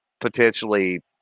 potentially